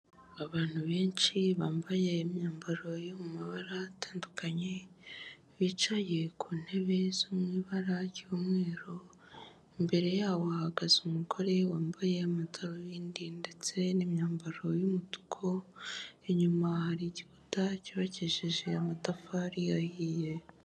Abantu benshi bambaye imyambaro yo mu mabara atandukanye, bicaye ku ntebe zo mu ibara ry'umweru, imbere yabo hahagaze umugore wambaye amadarubindi ndetse n'imyambaro y'umutuku, inyuma hari igikuta cyubakisheje amatafari ahiye.